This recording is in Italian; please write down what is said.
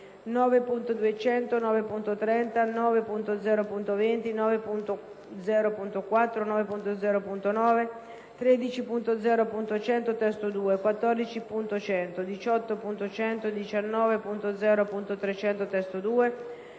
9.200, 9.30, 9.0.20, 9.0.4, 9.0.9, 13.0.100 (testo 2), 14.100, 18.100, 19.0.300 (testo 2),